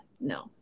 no